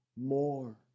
More